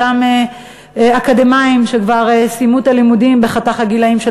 אותם אקדמאים שכבר סיימו את הלימודים בחתך הגילאים של